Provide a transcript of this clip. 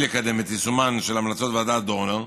היא לקדם את יישומן של המלצות ועדת דורנר,